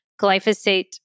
glyphosate